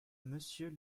monsieur